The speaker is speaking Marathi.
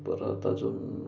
परत अजून